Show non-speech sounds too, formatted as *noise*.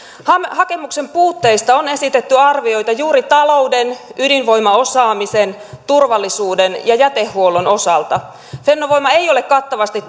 hakemuksen puutteista on esitetty arvioita juuri talouden ydinvoimaosaamisen turvallisuuden ja jätehuollon osalta fennovoima ei ole kattavasti *unintelligible*